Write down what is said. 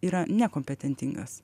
yra nekompetentingas